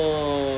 oh